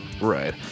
right